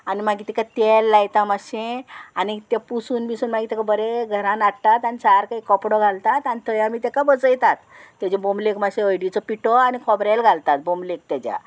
आनी मागीर ताका तेल लायता मातशें आनी तें पुसून बिसून मागीर ताका बरें घरान हाडटात आनी सारको कपडो घालतात आनी थंय आमी ताका बसयतात तेजे बोमलेक मात्शे हळडीचो पिठो आनी खोबरेल घालतात बोमलेक तेज्या